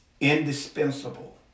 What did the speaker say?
indispensable